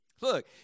Look